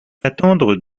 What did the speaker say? attendre